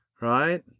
Right